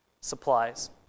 supplies